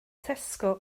tesco